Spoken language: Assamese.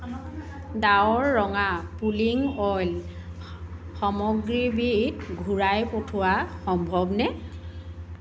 ডাবৰ ৰঙা পুলিং অইল সামগ্ৰীবিধ ঘূৰাই পঠিওৱা সম্ভৱনে